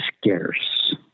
scarce